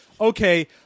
okay